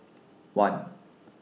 one